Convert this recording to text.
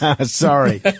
Sorry